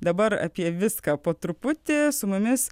dabar apie viską po truputį su mumis